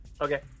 Okay